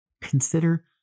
consider